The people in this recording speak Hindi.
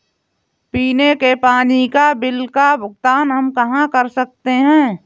पीने के पानी का बिल का भुगतान हम कहाँ कर सकते हैं?